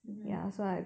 mmhmm